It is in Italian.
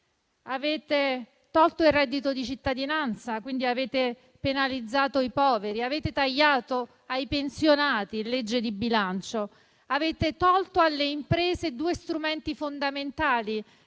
Avete tolto il reddito di cittadinanza, quindi avete penalizzato i poveri; avete tagliato ai pensionati in legge di bilancio; avete tolto alle imprese due strumenti fondamentali